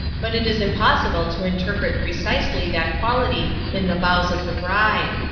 but it is impossible to interpret precisely that quality in the vows of the bride.